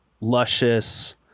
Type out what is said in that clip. luscious